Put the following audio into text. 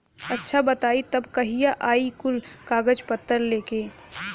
अच्छा बताई तब कहिया आई कुल कागज पतर लेके?